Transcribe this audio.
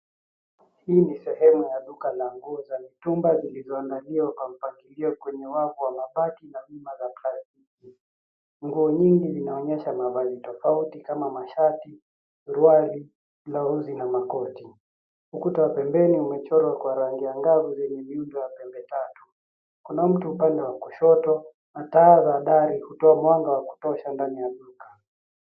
Hii ni sehemu ya duka la nguo za mitumba zilizoandaliwa kwa mpangilio kwenye wavu wa mabati na rima za plastiki. Nguo nyingi zinaonyesha mavazi tofauti kama mashati, suruali, blausi na makoti. Ukuta wa pembeni umechorwa kwa rangi angavu lenye viundo wa pembe tatu. Kuna mtu pande ya kushoto na taa za dhari hutoa mwanga wa kutosha ndani ya duka.